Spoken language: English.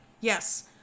Yes